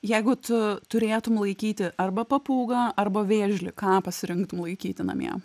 jeigu tu turėtum laikyti arba papūgą arba vėžlį ką pasirinktum laikyti namie